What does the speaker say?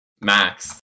Max